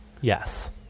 Yes